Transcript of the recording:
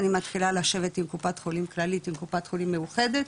אני מתחילה לשבת עם קופת חולים כללית ועם קופת חולים מאוחדת,